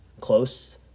close